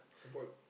support